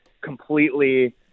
completely